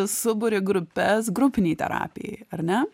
suburi grupes grupinei terapijai ar ne